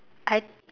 I